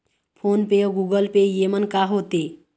Phone पे अउ Google पे येमन का होते?